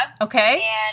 Okay